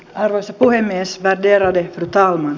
arvoisa puhemies värderade fru talman